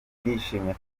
ndishimye